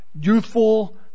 youthful